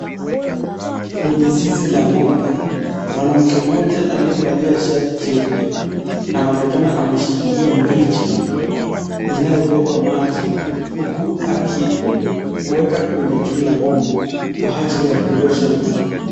Kwenye zizi la ng'ombe mwanamke mmoja aliyevalia shati jeupe anaonekana ameshikilia mrija inayobeba maji huku akiweka kwenye juu ya ng'ombe kwa ajili ya kuosha ng'ombe.